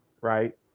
right